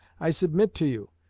i submit to you,